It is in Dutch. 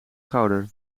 schouder